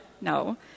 no